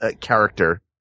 character